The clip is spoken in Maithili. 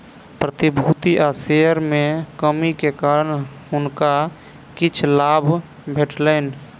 प्रतिभूति आ शेयर में कमी के कारण हुनका किछ लाभ भेटलैन